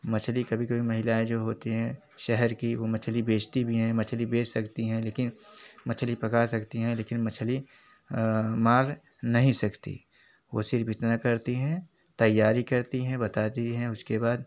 मछली कभी कभी महिलाएँ जो होती हैं शहर की वे मछली बेचती भी हैं मछली बेच सकती हैं लेकिन मछली पका सकती हैं लेकिन मछली मार नहीं सकती हैं वे सिर्फ इतना करती हैं तैयारी करती हैं बताती हैं उसके बाद